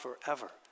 forever